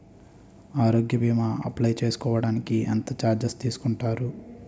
ఆరోగ్య భీమా అప్లయ్ చేసుకోడానికి ఎంత చార్జెస్ తీసుకుంటారు?